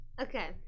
Okay